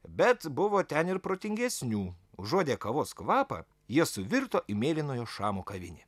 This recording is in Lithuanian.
bet buvo ten ir protingesnių užuodę kavos kvapą jie suvirto į mėlynojo šamo kavinę